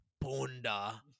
bunda